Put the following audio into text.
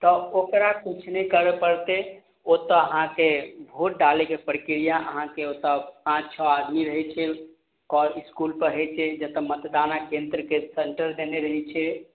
तऽ ओकरा किछु नहि करऽ पड़तय ओतऽ अहाँके वोट डालयके प्रक्रिया अहाँके ओतऽ पाँच छओ आदमी रहय छै इसकुलपर होइ छै जतऽ मतदानके केन्द्रके सेन्टर देने रहय छै